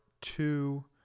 two